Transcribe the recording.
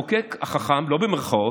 למה, חברי בן ברק?